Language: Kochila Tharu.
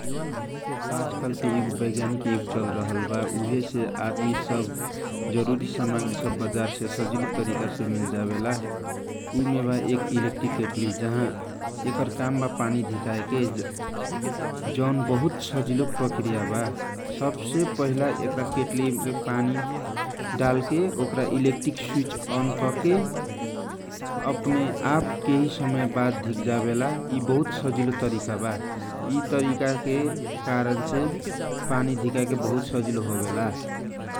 आज काल के युग बैज्ञानीक युग चल रहलवा उहेसे आदमी सब जरूरी साम्रग्री बजार से सजिलो तरिका छे मिल जावेला उमे बाएक इलेक्ट्रीक केटली जहा एकर काम बा पानी धिकाय के जौन बहुत सजिलो तरिका बा सब से पहिला केटली मे पानी डाल के ओकर इलेक्ट्रीक स्विच अन करके अपने आप कौने समय मे तातेजाला । यि तरिका के कारण छे पानी धिकाय के बहुत सजिलो हो वेला ।